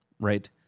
right